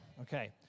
Okay